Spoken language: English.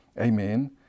Amen